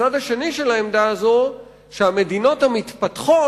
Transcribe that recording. הצד השני של העמדה הזאת הוא שהמדינות המתפתחות